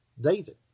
David